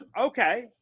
Okay